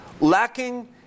lacking